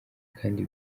kandi